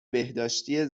بهداشتی